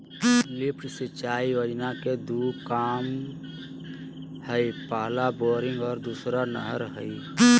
lift सिंचाई योजना के दू काम हइ पहला बोरिंग और दोसर नहर हइ